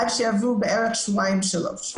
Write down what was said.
עד שיעברו בערך שבועיים שלוש.